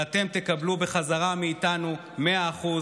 ואתם תקבלו בחזרה מאיתנו 100%,